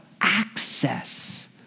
access